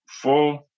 full